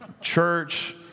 Church